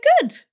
good